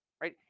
right